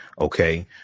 Okay